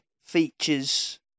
features